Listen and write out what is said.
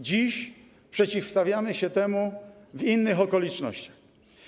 Dziś przeciwstawiamy się temu w innych okolicznościach.